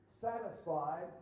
satisfied